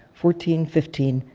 fourteen, fifteen,